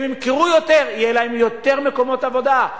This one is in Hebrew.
הם ימכרו יותר, יהיו להם יותר מקומות עבודה.